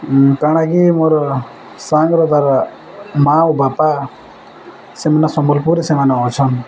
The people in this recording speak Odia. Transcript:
କାଣାକି ମୋର ସାଙ୍ଗ୍ର ତା'ର ମାଆ ଓ ବାପା ସେମାନେ ସମ୍ବଲପୁର ସେମାନେ ଅଛନ୍